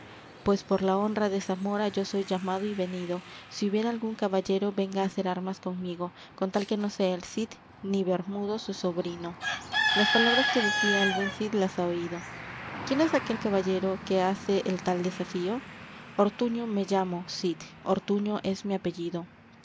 pues por la honra de zamora yo soy llamado y venido si hubiera algún caballero venga á hacer armas conmigo con tal que no sea el cid ni bermudo su sobrino las palabras que decía el buen cid las ha oído quién es aquel caballero que hace el tal desafío ortuño me llamo cid ortuño es mi apellido